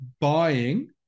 buying